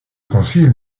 concile